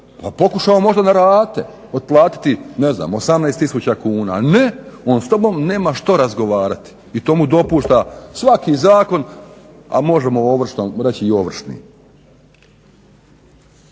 pa pokušao možda na rate otplatiti ne znam 18000 kuna. Ne, on s tobom nema što razgovarati i to mu dopušta svaki zakon, a možemo o ovršnom reći i ovršni.